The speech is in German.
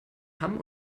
hamm